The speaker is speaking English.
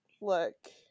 look